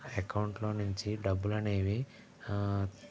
మన అకౌంట్లోనుంచి డబ్బులనేవి